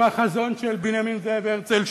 עם החזון של בנימין זאב הרצל,